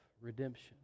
redemption